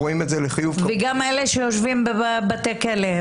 וגם שיעורם של אלה שיושבים בבתי כלא,